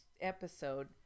episode